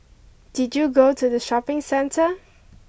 did you go to the shopping centre